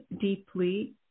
deeply